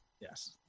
Yes